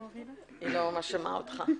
היא לא ממש שמעה אותך.